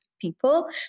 people